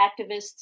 activists